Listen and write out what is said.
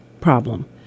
problem